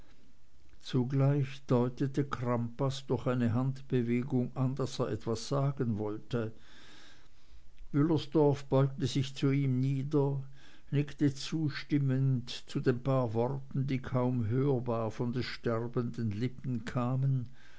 zugleich deutete crampas durch eine handbewegung an daß er etwas sagen wollte wüllersdorf beugte sich zu ihm nieder nickte zustimmend zu den paar worten die kaum hörbar von des sterbenden lippen kamen